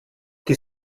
die